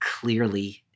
clearly